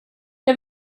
jag